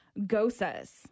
gosas